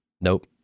nope